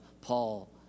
Paul